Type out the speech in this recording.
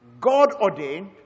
God-ordained